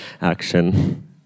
action